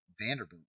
Vanderbilt